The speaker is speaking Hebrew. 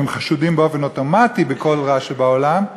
שחשודים באופן אוטומטי בכל רע שבעולם,